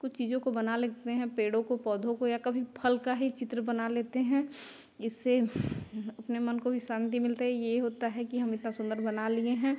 कुछ चीज़ों को बना लेते हैं पेड़ों को पौधों को या कभी फल का ही चित्र बना लेते हैं इससे अपने मन को भी शान्ति मिलता है यह होता है कि हम इतना सुंदर बना लिए हैं